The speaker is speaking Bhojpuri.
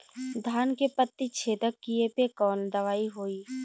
धान के पत्ती छेदक कियेपे कवन दवाई होई?